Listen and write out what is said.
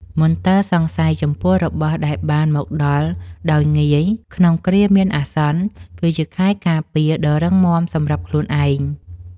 មន្ទិលសង្ស័យចំពោះរបស់ដែលបានមកដោយងាយក្នុងគ្រាមានអាសន្ន គឺជាខែលការពារដ៏រឹងមាំសម្រាប់ខ្លួនឯង។